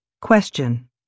Question